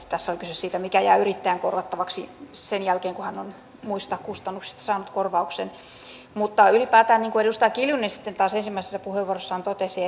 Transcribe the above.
tässä on siis kyse siitä mikä jää yrittäjän korvattavaksi sen jälkeen kun hän on muista kustannuksista saanut korvauksen niin kuin edustaja kiljunen sitten taas ensimmäisessä puheenvuorossaan totesi